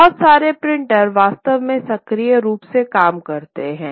बहुत सारे प्रिंटर वास्तव में सक्रिय रूप से काम करते हैं